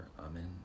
Amen